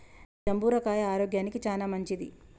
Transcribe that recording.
గీ జంబుర కాయ ఆరోగ్యానికి చానా మంచింది